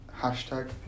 hashtag